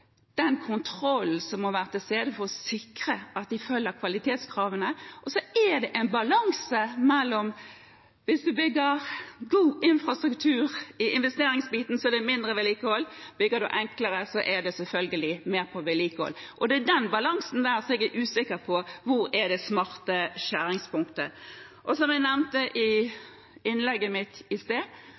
den kontrollen som må være til stede for å sikre at de følger kvalitetskravene. Og så er det en balanse – hvis man bygger god infrastruktur i investeringsbiten, blir det mindre vedlikehold. Bygger man enklere, går det selvfølgelig mer til vedlikehold. Det er den balansen jeg er usikker på – hvor er det smarte skjæringspunktet? Som jeg nevnte i innlegget mitt i sted,